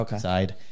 side